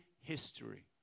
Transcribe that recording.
history